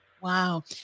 Wow